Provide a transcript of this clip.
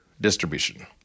distribution